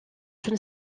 une